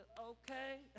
okay